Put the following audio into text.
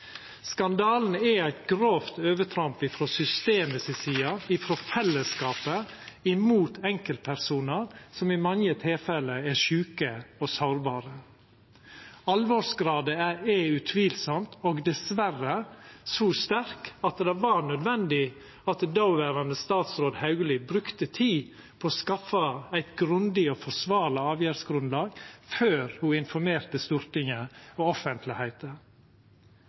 Skandalen er eit grovt overtramp frå systemet si side, frå fellesskapet, mot enkeltpersonar som i mange tilfelle er sjuke og sårbare. Alvorsgraden er utvilsamt, og dessverre, så sterk at det var nødvendig at dåverande statsråd Hauglie brukte tid på å skaffa eit grundig og forsvarleg avgjerdsgrunnlag før ho informerte Stortinget og offentlegheita.